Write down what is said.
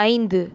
ஐந்து